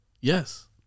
Yes